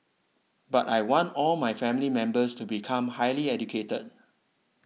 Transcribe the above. but I want all my family members to become highly educator